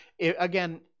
Again